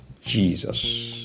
Jesus